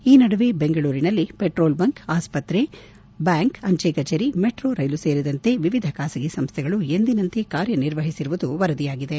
ಈ ನಡುವೆ ಬೆಂಗಳೂರಿನಲ್ಲಿ ಪೆಟ್ರೋಲ್ ಬಂಕ್ ಆಸ್ಪತ್ರೆ ಬ್ಯಾಂಕ್ ಅಂಚೆಕಚೇರಿ ಮೆಟ್ರೋ ರೈಲು ಸೇರಿದಂತೆ ವಿವಿಧ ಖಾಸಗಿ ಸಂಸ್ಟೆಗಳು ಎಂದಿನಿಂತೆ ಕಾರ್ಯನಿರ್ವಹಿಸಿರುವುದು ವರದಿಯಾಗಿದೆ